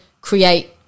create